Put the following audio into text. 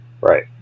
Right